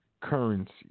currency